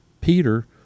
Peter